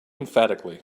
emphatically